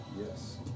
yes